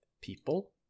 people